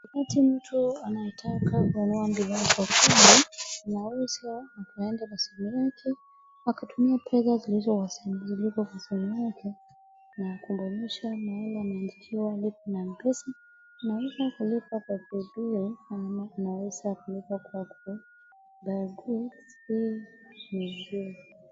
Wakati mtu anayetaka kununua bidha za ufundii anaweza akaenda na simu yake akatumia pesa zilizoko kwa simu yake na kubonyeza mahala pameandikwa lipa na mpesa. Unaweza ukalipa kwa pay bill ama unaweza ukalipa kwa ku buy goods , hii ni.